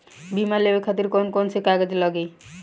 बीमा लेवे खातिर कौन कौन से कागज लगी?